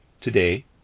Today